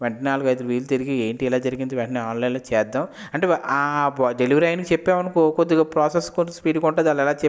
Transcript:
వేంటనే నాలుగు ఐదు వీధులు తిరిగి ఏంటి ఇలా జరిగింది వేంటనే ఆన్లైన్లో చేద్దాము అంటే ఆ డెలివరీ ఆయనకీ చెప్పామనుకో కొద్దిగా ప్రోసెస్ కూడా స్పీడ్గా ఉంటుంది వాళ్ళు ఎలా చెబితే